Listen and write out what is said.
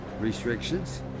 restrictions